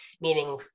meaning